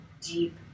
deep